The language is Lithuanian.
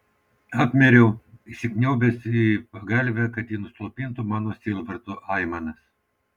apmiriau įsikniaubęs į pagalvę kad ji nuslopintų mano sielvarto aimanas